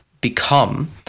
become